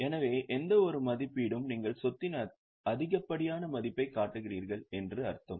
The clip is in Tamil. எனவே எந்தவொரு மதிப்பீடும் நீங்கள் சொத்தின் அதிகப்படியான மதிப்பைக் காட்டுகிறீர்கள் என்று அர்த்தம்